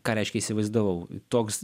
ką reiškia įsivaizdavau toks